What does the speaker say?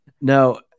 no